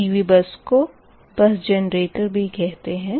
PV bus को bus generator भी कहते हैं